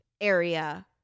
area